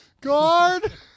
guard